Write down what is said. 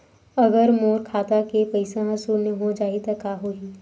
अगर मोर खाता के पईसा ह शून्य हो जाही त का होही?